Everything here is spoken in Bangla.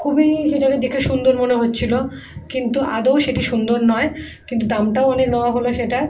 খুবই সেটাকে দেখে সুন্দর মনে হচ্ছিল কিন্তু আদৌ সেটি সুন্দর নয় কিন্তু দামটাও অনেক নেওয়া হলো সেটার